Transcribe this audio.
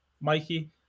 mikey